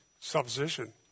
supposition